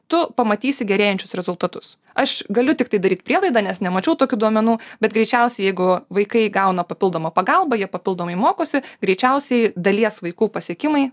tu pamatysi gerėjančius rezultatus aš galiu tiktai daryt prielaidą nes nemačiau tokių duomenų bet greičiausiai jeigu vaikai gauna papildomą pagalbą jie papildomai mokosi greičiausiai dalies vaikų pasiekimai